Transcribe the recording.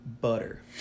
butter